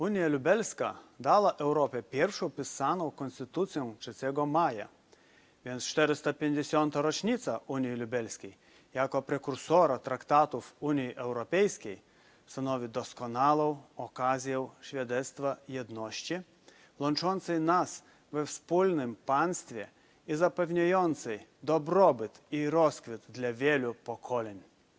Unia lubelska dała Europie pierwszą pisaną konstytucje, Konstytucję 3 maja, więc 450. rocznica unii lubelskiej jako prekursora traktatów Unii Europejskiej stanowi doskonałe świadectwo jedności łączącej nas we wspólnym państwie i zapewniającej dobrobyt i rozkwit dla wielu pokoleń.